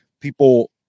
people